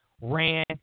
ran